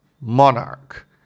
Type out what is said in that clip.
Monarch